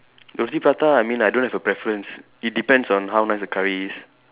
roti prata I mean I don't have a preference it depends on how nice the curry is